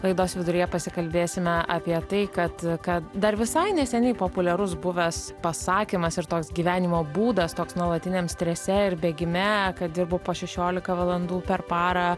laidos viduryje pasikalbėsime apie tai kad kad dar visai neseniai populiarus buvęs pasakymas ir toks gyvenimo būdas toks nuolatiniam strese ir bėgime kad dirbu po šešiolika valandų per parą